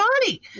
body